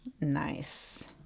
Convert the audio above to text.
Nice